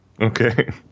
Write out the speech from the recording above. Okay